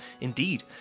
Indeed